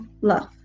love